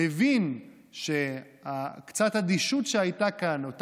מבין שהאדישות שהייתה כאן קצת,